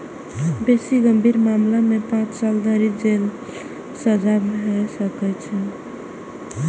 बेसी गंभीर मामला मे पांच साल धरि जेलक सजा सेहो भए सकैए